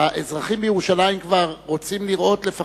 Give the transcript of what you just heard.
האזרחים בירושלים כבר רוצים לראות יותר